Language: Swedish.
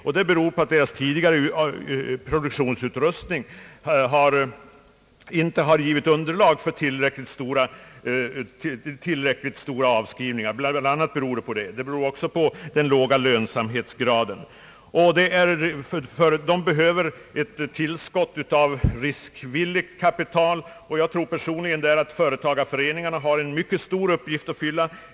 Det beror bl.a. på att deras tidigare produktionsutrustning inte har givit underlag för tillräckligt stora avskrivningar, men det beror också på den låga lönsamhetsgraden. Dessa mindre företag behöver ett tillskott av riskvilligt kapital, och jag tror personligen att företagareföreningarna här har en mycket stor uppgift att fylla.